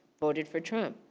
voted for trump.